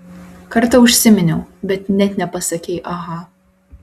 kartą užsiminiau bet net nepasakei aha